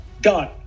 done